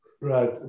Right